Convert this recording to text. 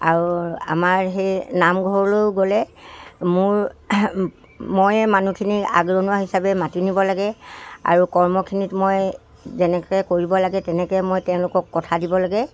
আৰু আমাৰ সেই নামঘৰলৈও গ'লে মোৰ ময়ে মানুহখিনি আগৰণুৱা হিচাপে মাতি নিব লাগে আৰু কৰ্মখিনিত মই যেনেকে কৰিব লাগে তেনেকে মই তেওঁলোকক কথা দিব লাগে